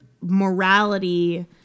morality